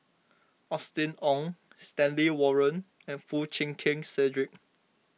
Austen Ong Stanley Warren and Foo Chee Keng Cedric